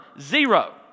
Zero